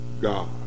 God